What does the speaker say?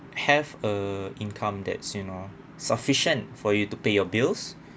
have a income that's you know sufficient for you to pay your bills